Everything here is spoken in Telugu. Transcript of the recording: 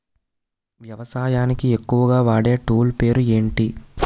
వ్యవసాయానికి ఎక్కువుగా వాడే టూల్ పేరు ఏంటి?